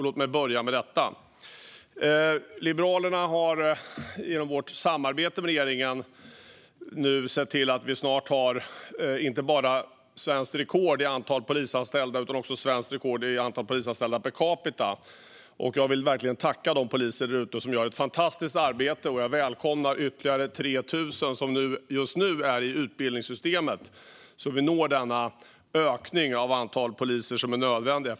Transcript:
Vi i Liberalerna har genom vårt samarbete med regeringen sett till att det snart finns inte bara ett svenskt rekord i antalet polisanställda utan också ett svenskt rekord i antalet polisanställda per capita. Jag vill verkligen tacka de poliser som gör ett fantastiskt arbete, och jag välkomnar ytterligare 3 000 som just nu är i utbildningssystemet så att vi når den ökning av antalet poliser som är nödvändig.